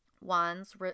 Wands